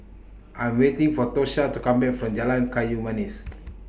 I'm waiting For Tosha to Come Back from Jalan Kayu Manis